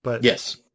Yes